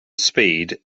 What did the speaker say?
speed